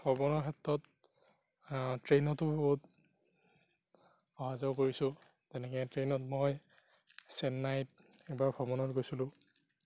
ভ্ৰমণৰ ক্ষেত্ৰত ট্ৰেইনতো বহুত অহা যোৱা কৰিছোঁ তেনেকে ট্ৰেইনত মই চেন্নাইত এবাৰ ভ্ৰমণত গৈছিলোঁ